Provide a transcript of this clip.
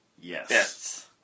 Yes